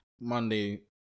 Monday